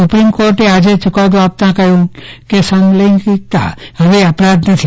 supreme કોર્ટે આજે ચૂકાદો આપતા કહ્યું કે સમલૈંગિકતા હવે અપરાધ નથી